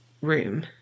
room